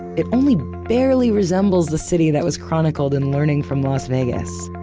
it only barely resembles the city that was chronicled in learning from las vegas.